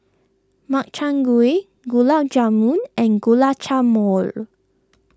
Makchang Gui Gulab Jamun and Guacamole